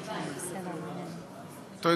אתה יודע מה,